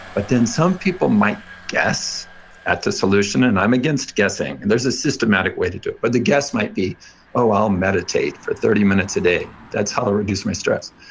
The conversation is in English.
but then some people might guess at the solution, and i'm against guessing. and there's a systematic way to do it, but the guess might be oh, i'll meditate for thirty minutes a day. that's how i'll reduce my stress.